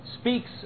speaks